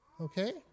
Okay